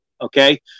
okay